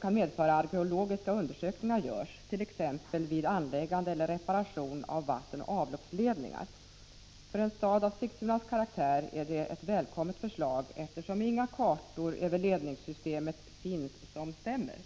kan medföra att arkelogiska undersökningar görs, t.ex. vid anläggande eller reparation av vattenoch avloppsledningar. För en stad av Sigtunas karaktär är detta ett välkommet förslag, eftersom inga kartor över ledningssystemet finns som stämmer.